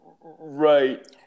Right